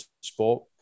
sport